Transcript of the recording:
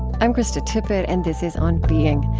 i'm krista tippett, and this is on being.